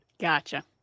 Gotcha